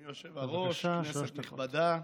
אדוני היושב בראש, כנסת נכבדה,